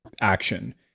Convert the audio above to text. action